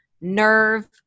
nerve